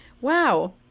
wow